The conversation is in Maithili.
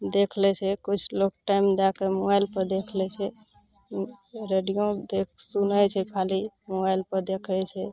देख लै छै किछु लोक टाइम दए कए मोबाइल पर देख लै छै रेडियोमे देख सुनै छै खाली मोबाइल पर देखै छै